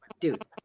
Dude